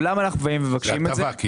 זוהי הטבה?